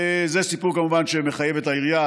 זה סיפור שמחייב כמובן את העירייה